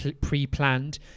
pre-planned